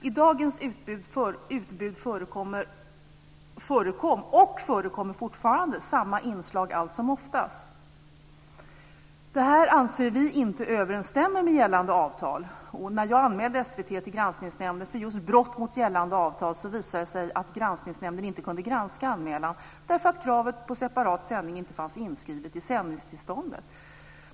I dagens utbud förekommer samma inslag alltsomoftast. Det här anser vi inte överensstämmer med gällande avtal. När jag anmälde SVT till Granskningsnämnden för just brott mot gällande avtal visade det sig att Granskningsnämnden inte kunde granska anmälan därför att kravet på separat sändning inte fanns inskrivet i sändningstillståndet.